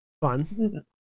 Fun